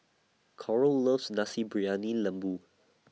Coral loves Nasi Briyani Lembu